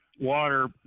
water